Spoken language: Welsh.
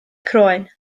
croen